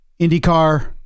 IndyCar